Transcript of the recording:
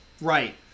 Right